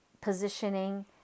positioning